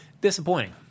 disappointing